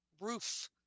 roof